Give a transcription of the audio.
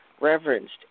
reverenced